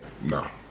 No